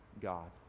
God